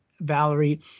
Valerie